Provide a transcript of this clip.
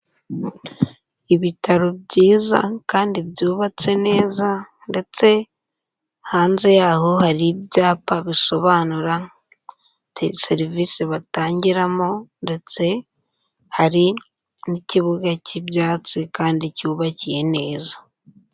Ibitaro byiza, kandi byubatse neza ndetse hanze y'aho hari ibyapa bisobanura serivise batangiramo ndetse hari n'ikibuga cy'ibyatsi kandi cyubakiye neza.